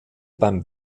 beim